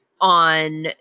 On